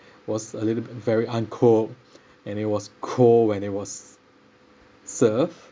was a little bit very uncooked and it was cold when it was served